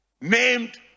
named